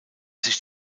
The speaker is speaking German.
sich